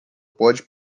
pode